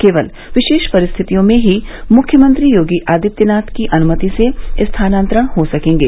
केवल विशेष परिस्थितियों में ही मुख्यमंत्री योगी आदित्यनाथ की अनुमति से स्थानान्तरण हो सकेंगे